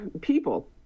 people